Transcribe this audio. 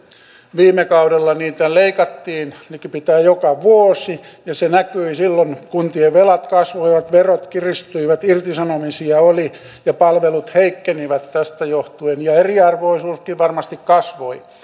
viime kaudella niitä leikattiin likipitäen joka vuosi ja se näkyi silloin kuntien velat kasvoivat verot kiristyivät irtisanomisia oli ja palvelut heikkenivät tästä johtuen ja eriarvoisuuskin varmasti kasvoi